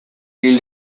hil